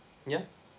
yeah